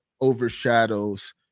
overshadows